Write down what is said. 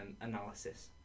analysis